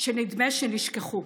שנדמה שנשכחו,